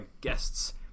guests